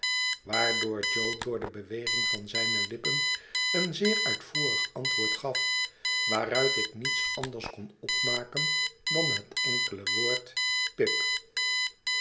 jo door de beweging van zijne lippen een zeer uitvoerig antwoord gaf waaruit ik niets anders kon opmaken dan liet enkele woord pip